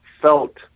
felt